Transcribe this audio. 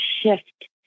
shift